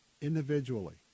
individually